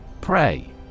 Pray